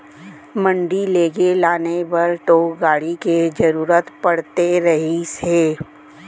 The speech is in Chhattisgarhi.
मंडी लेगे लाने बर तो गाड़ी के जरुरत पड़ते रहिस हे